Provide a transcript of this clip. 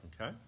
Okay